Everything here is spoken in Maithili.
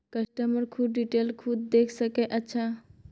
कस्टमर खुद डिटेल खुद देख सके अच्छा